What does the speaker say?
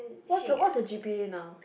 what her what her g_p_a now